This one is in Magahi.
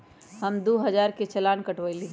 हम दु हजार के चालान कटवयली